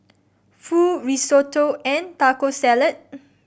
Pho Risotto and Taco Salad